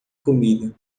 comida